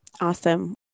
Awesome